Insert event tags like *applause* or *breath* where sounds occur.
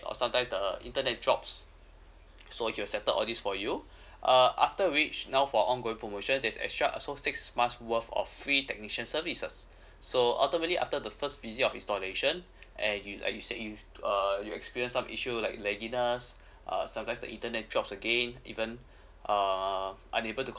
or sometimes the internet drops so they will settle all this for you *breath* uh after which now for ongoing promotion there's extra also six months worth of free technician services *breath* so automolly after the first visit of installation and you and you say youv~ err you experience some issue like lagginess uh sometimes the internet drops again even *breath* uh unable to